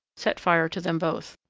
set fire to them both.